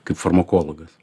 kaip farmakologas